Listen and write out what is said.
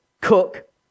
cook